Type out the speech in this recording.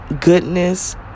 goodness